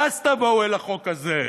ואז תבואו אל החוק הזה.